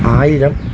ആയിരം